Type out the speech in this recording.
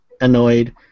Annoyed